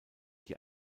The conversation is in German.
die